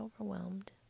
overwhelmed